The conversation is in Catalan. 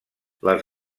les